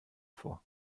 vor